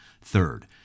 Third